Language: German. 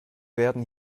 werden